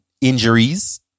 injuries